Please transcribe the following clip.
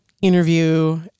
interview